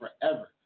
forever